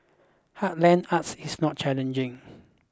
heartland arts is not challenging